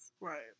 Right